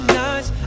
nights